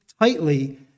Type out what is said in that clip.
tightly